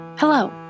Hello